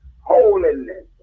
holiness